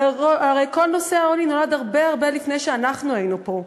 הרי כל נושא העוני נולד הרבה הרבה לפני שאנחנו היינו פה.